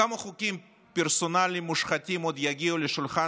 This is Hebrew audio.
כמה חוקים פרסונליים מושחתים עוד יגיעו לשולחן